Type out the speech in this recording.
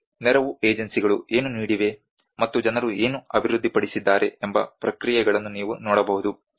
ನೆರವು ಏಜೆನ್ಸಿಗಳು ಏನು ನೀಡಿವೆ ಮತ್ತು ಜನರು ಏನು ಅಭಿವೃದ್ಧಿಪಡಿಸಿದ್ದಾರೆ ಎಂಬ ಪ್ರತಿಕ್ರಿಯೆಗಳನ್ನು ನೀವು ನೋಡಬಹುದು